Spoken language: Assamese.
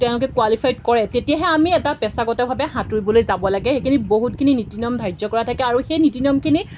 তেওঁলোকে কোৱালিফাইড কৰে তেতিয়াহে আমি এটা পেছাগতভাৱে সাঁতুৰিবলৈ যাব লাগে সেইখিনি বহুতখিনি নীতি নিয়ম ধাৰ্য কৰা থাকে আৰু সেই নীতি নিয়মখিনি